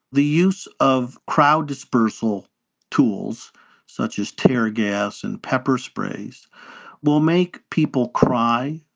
the use of crowd dispersal tools such as tear gas and pepper sprays will make people cry,